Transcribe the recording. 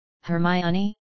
Hermione